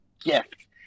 gift